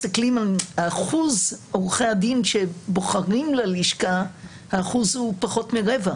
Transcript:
היא שאחוז עורכי הדין שבוחרים ללשכה הוא פחות מרבע.